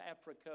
Africa